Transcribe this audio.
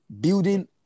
building